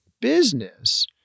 business